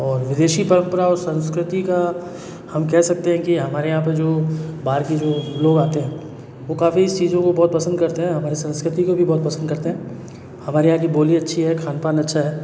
और विदेशी परंपरा और संस्कृति का हम कह सकते हैं कि हमारे यहाँ पे जो बाहर के जो लोग आते हैं वो काफ़ी इस चीज़ों को बहुत पसंद करते हैं हमारे संस्कृति को भी बहुत पसंद करते हैं हमारे यहाँ की बोली अच्छी है खान पान अच्छा है